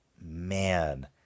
Man